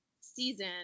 season